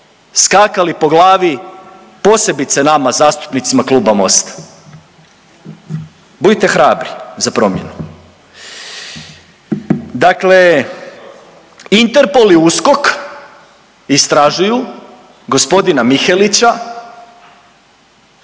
skakali po glavi, posebice nama zastupnicima Kluba Mosta, budite hrabri za promjenu. Dakle, Interpol i USKOK istražuju g. Mihelića,